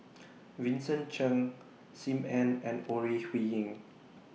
Vincent Cheng SIM Ann and Ore Huiying